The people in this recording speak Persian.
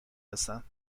هستند